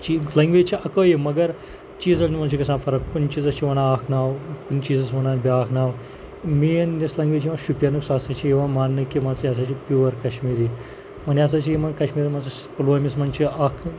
چھِ لنٛگویج چھےٚ اَکٕے یہِ مگر چیٖزَن منٛز چھِ گژھان فرق کُنہِ چیٖزَس چھِ وَنان اَکھ ناو کُنہِ چیٖزَس وَنان بیٛاکھ ناو مین یۄس لنٛگویج چھِ یِوان شُپیَںَس سۄ ہَسا چھِ یِوان ماننہٕ کہِ مانٛژٕ یہِ ہَسا چھِ پیور کَشمیٖری وۄنۍ ہَسا چھِ یِمَن کَشمیٖرَن منٛز پُلوٲمِس منٛز چھ اَکھ